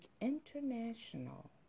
international